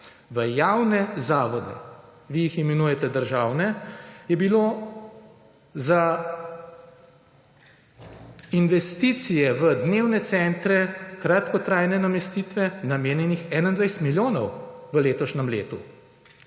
V javne zavode, vi jih imenujete državne, je bilo za investicije v dnevne centra kratkotrajne namestitve namenjenih 21 milijonov v letošnjem letu.